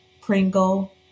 Pringle